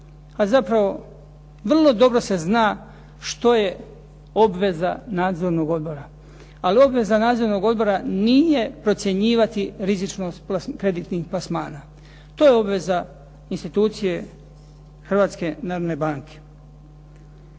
a zapravo vrlo dobro se zna što je obveza nadzornog odbora. Ali obveza nadzornog odbora nije procjenjivati rizičnost kreditnih plasmana, to je obeza institucije Hrvatske narodne banke.